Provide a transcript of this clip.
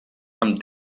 amb